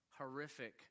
horrific